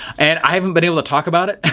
and i haven't been able to talk about it,